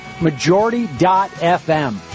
Majority.fm